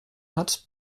hat